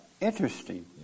interesting